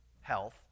health